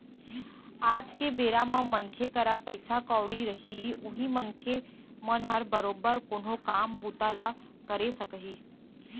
आज के बेरा म मनखे करा पइसा कउड़ी रही उहीं मनखे मन ह बरोबर कोनो काम बूता ल करे सकही